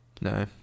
No